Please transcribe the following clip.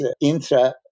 intra